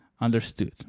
understood